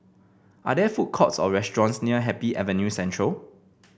are there food courts or restaurants near Happy Avenue Central